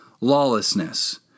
lawlessness